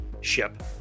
ship